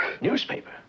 Newspaper